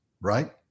Right